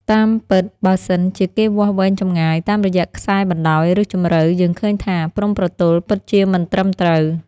តាមពិតបើសិន ជាគេវាស់វែងចម្ងាយ តាមរយៈខ្សែបណ្តោយ ឬ ជម្រៅ យើងឃើញថា ព្រំប្រទល់ ពិតជាមិនត្រឹមត្រូវ។